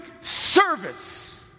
service